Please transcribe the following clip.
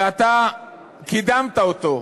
ואתה קידמת אותו,